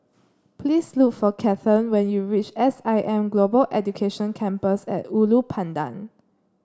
please look for Kathern when you reach S I M Global Education Campus at Ulu Pandan